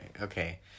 Okay